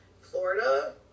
Florida